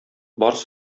барс